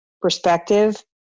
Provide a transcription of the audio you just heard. perspective